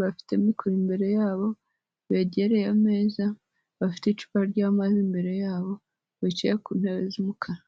bafite mikoro imbere yabo, begereye ameza bafite icupa ry'amazi imbere yabo bicaye ku ntebe z'umukara.